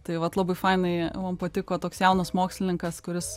tai vat labai fainai mum patiko toks jaunas mokslininkas kuris